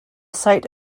site